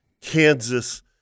Kansas